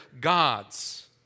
gods